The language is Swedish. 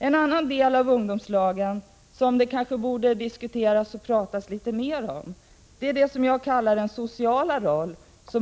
En annan aspekt, som kanske borde diskuteras mera, är det jag kallar ungdomslagens sociala roll.